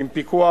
עם פיקוח,